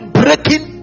breaking